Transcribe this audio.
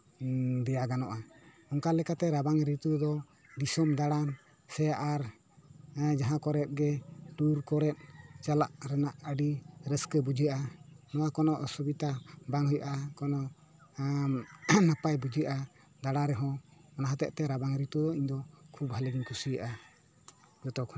ᱦᱮᱸ ᱫᱮᱭᱟ ᱜᱟᱱᱚᱜᱼᱟ ᱚᱱᱠᱟ ᱞᱮᱠᱟᱛᱮ ᱨᱟᱵᱟᱝ ᱨᱤᱛᱩ ᱫᱚ ᱫᱤᱥᱚᱢ ᱫᱟᱬᱟᱱ ᱥᱮ ᱟᱨ ᱡᱟᱦᱟᱸ ᱠᱚᱨᱮᱜ ᱜᱮ ᱴᱩᱨ ᱠᱚᱨᱮᱜ ᱪᱟᱞᱟᱜ ᱨᱮᱱᱟᱜ ᱟᱰᱤ ᱨᱟᱹᱥᱠᱟᱹ ᱵᱩᱡᱷᱟᱹᱜᱼᱟ ᱠᱳᱱᱳ ᱚᱥᱩᱵᱤᱛᱟ ᱵᱟᱝ ᱦᱩᱭᱩᱜᱼᱟ ᱠᱚᱱᱳ ᱱᱟᱯᱟᱭ ᱵᱩᱡᱷᱟᱹᱜᱼᱟ ᱫᱟᱬᱟ ᱨᱮᱦᱚᱸ ᱚᱱᱟ ᱦᱚᱛᱮᱜ ᱛᱮ ᱨᱟᱵᱟᱝ ᱨᱤᱛᱩ ᱠᱷᱩᱵ ᱵᱷᱟᱞᱮ ᱜᱤᱧ ᱠᱩᱥᱤᱭᱟᱜᱼᱟ